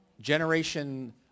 Generation